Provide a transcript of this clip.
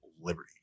Liberty